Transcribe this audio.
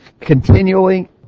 Continually